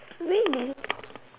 really